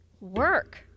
work